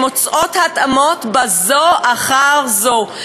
הן מוצאות התאמות זו אחר זו.